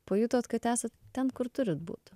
pajutot kad esat ten kur turit būt